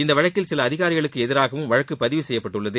இந்த வழக்கில் சில அதிகாரிகளுக்கு எதிராகவும் வழக்கு பதிவு செய்யப்பட்டுள்ளது